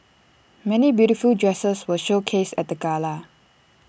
many beautiful dresses were showcased at the gala